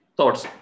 Thoughts